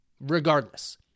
regardless